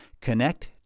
Connect